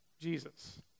Jesus